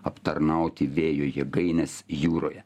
aptarnauti vėjo jėgaines jūroje